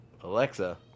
Alexa